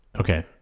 Okay